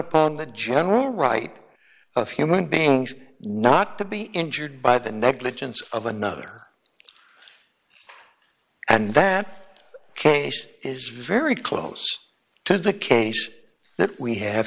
upon the general right of human beings not to be injured by the negligence of another and that case is very close to the case that we have